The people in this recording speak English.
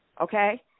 okay